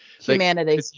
Humanity